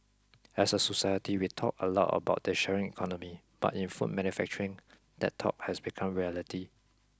as a society we talk a lot about the sharing economy but in food manufacturing that talk has become reality